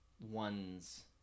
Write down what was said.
ones